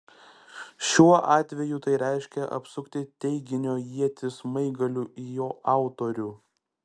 šiuo atveju tai reiškia apsukti teiginio ietį smaigaliu į jo autorių